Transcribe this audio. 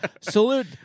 Salute